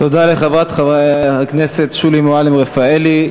תודה לחברת הכנסת שולי מועלם-רפאלי.